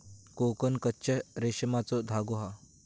कोकन कच्च्या रेशमाचो धागो हा